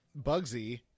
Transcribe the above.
Bugsy